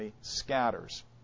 scatters